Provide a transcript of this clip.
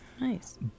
Nice